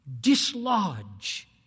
dislodge